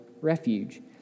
refuge